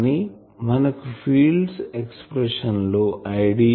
కానీ మనకు field expression లో Idl